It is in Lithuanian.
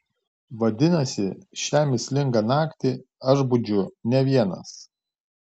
vadinasi šią mįslingą naktį aš budžiu ne vienas